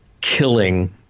killing